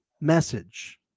Message